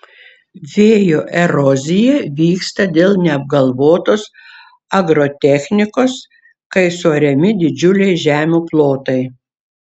vėjo erozija vyksta dėl neapgalvotos agrotechnikos kai suariami didžiuliai žemių plotai